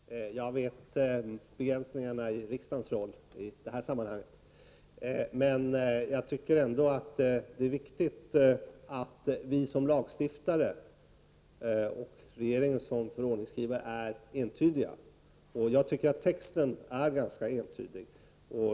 Herr talman! Nej, jag förväntar mig inte det — jag känner till begränsningarna i riksdagens roll i detta sammanhang. Jag tycker emellertid att det är viktigt att riksdagen som lagstiftare och regeringen som förordningsskrivare är entydiga. Texten är också ganska entydig.